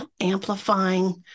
amplifying